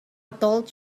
told